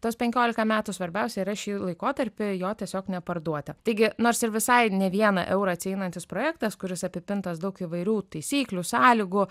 tuos penkiolika metų svarbiausia yra šį laikotarpį jo tiesiog neparduoti taigi nors ir visai ne vieną eurą atsieinantis projektas kuris apipintas daug įvairių taisyklių sąlygų